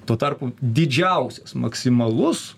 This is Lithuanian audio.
tuo tarpu didžiausias maksimalus